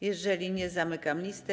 Jeżeli nie, zamykam listę.